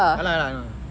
ya lah ya lah I know